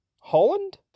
Holland